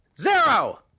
zero